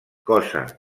cosa